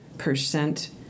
Percent